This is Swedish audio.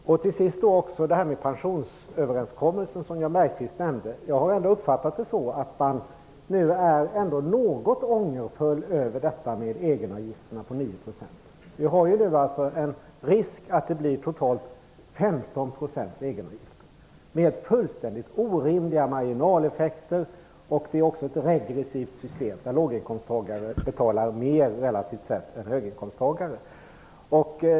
Vad till sist gäller pensionsöverenskommelsen, som Jan Bergqvist nämnde, har jag uppfattat att man är åtminstone något ångerfull över egenavgifterna om 9 %. Det finns nu en fara för att det blir totalt 15 % egenrisk, med fullständigt orimliga marginaleffekter. Det är också ett regressivt system, eftersom låginkomsttagare relativt sett betalar mer än höginkomsttagare.